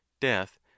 death